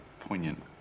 poignant